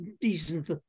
decent